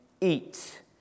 eat